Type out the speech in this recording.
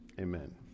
Amen